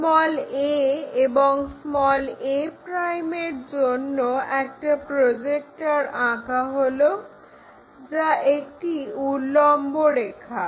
a এবং a' এর জন্য একটা প্রজেক্টর আঁকা হলো যা একটি উল্লম্ব রেখা